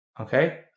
Okay